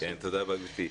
תודה רבה, גבירתי.